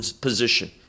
position